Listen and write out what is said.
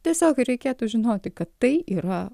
tiesiog reikėtų žinoti kad tai yra